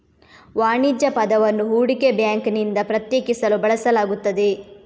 ವಾಣಿಜ್ಯ ಪದವನ್ನು ಹೂಡಿಕೆ ಬ್ಯಾಂಕಿನಿಂದ ಪ್ರತ್ಯೇಕಿಸಲು ಬಳಸಲಾಗುತ್ತದೆ